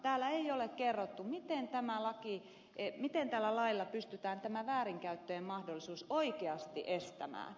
täällä ei ole kerrottu miten tällä lailla pystytään tämä väärinkäyttöjen mahdollisuus oikeasti estämään